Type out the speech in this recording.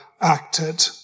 acted